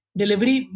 delivery